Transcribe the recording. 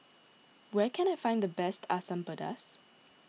where can I find the best Asam Pedas